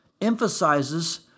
emphasizes